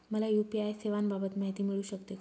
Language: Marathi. मला यू.पी.आय सेवांबाबत माहिती मिळू शकते का?